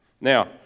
Now